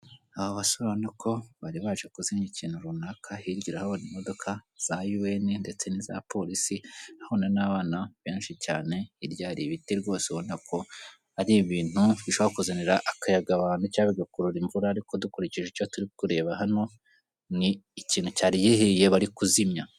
Aba basore urabona ko bari baje kuzimya ikintu runaka, hirya urahabona imodoka za yuwene ndetse n'iza polisi urahabona n'abana benshi cyane, hirya hari ibiti rwose ubona ko ari ibintu bishobora kuzanira akayaga abantu cyangwa bigakurura imvura ariko dukurikije icyo turi kureba hano ni ikintu cyari gihiye bari kuzimya.